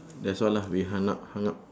that's all ah we hung up hung up